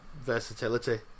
versatility